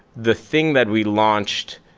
the thing that we launched,